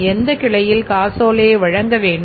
எந்தக் கிளையில் காசோலையை வழங்க வேண்டும்